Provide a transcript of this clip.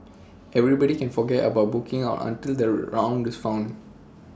everybody can forget about booking out until the round is found